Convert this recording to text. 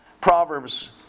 Proverbs